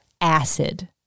acid